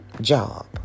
job